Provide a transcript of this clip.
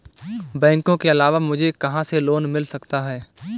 बैंकों के अलावा मुझे कहां से लोंन मिल सकता है?